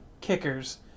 kickers